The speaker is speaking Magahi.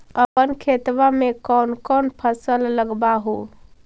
अपन खेतबा मे कौन कौन फसल लगबा हू?